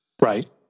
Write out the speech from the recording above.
Right